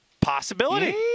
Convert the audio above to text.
Possibility